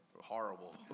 Horrible